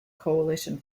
coalition